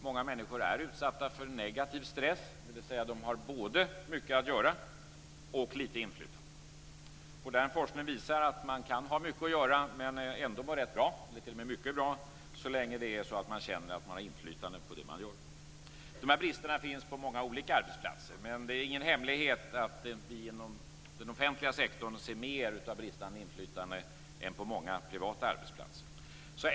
Många människor är utsatta för negativ stress, dvs. de har både mycket att göra och lite inflytande. Modern forskning visar att man kan ha mycket att göra och ändå må rätt bra, eller t.o.m. mycket bra, så länge man känner att man har inflytande på det man gör. Dessa brister finns på många arbetsplatser. Men det är ingen hemlighet att vi inom den offentliga sektorn ser mer av bristande inflytande än på många privata arbetsplatser.